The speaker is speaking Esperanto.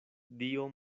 dio